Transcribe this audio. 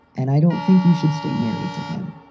and i don't think you should stay married to him.